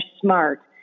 smart